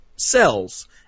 Cells